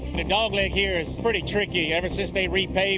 the dogleg here is pretty tricky ever since they repaved